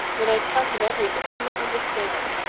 when i tell him everything he will understand.